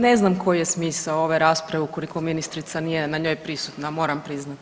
Ne znam koji je smisao ove rasprave ukoliko ministrica nije na njoj prisutna, moram priznati.